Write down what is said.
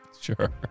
Sure